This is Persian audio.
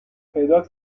پیدات